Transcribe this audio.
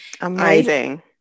Amazing